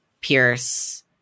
Pierce